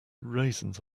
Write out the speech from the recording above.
raisins